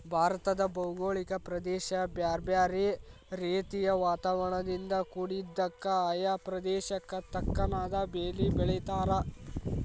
ಭಾರತದ ಭೌಗೋಳಿಕ ಪ್ರದೇಶ ಬ್ಯಾರ್ಬ್ಯಾರೇ ರೇತಿಯ ವಾತಾವರಣದಿಂದ ಕುಡಿದ್ದಕ, ಆಯಾ ಪ್ರದೇಶಕ್ಕ ತಕ್ಕನಾದ ಬೇಲಿ ಬೆಳೇತಾರ